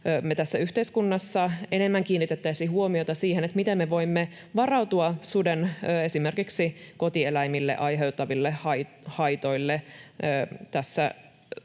me tässä yhteiskunnassa enemmän kiinnitettäisiin huomiota siihen, miten me voimme varautua suden esimerkiksi kotieläimille aiheuttamiin haittoihin.